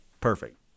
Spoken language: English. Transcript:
perfect